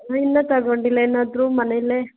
ಹಾಂ ಇನ್ನೂ ತಗೊಂಡಿಲ್ಲ ಏನಾದರೂ ಮನೆಲೇ